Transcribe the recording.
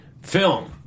film